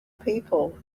people